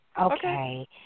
Okay